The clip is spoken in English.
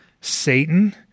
Satan